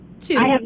two